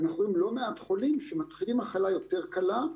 יש לא מעט חולים שמתחילים מחלה יותר קלה,